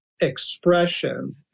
expression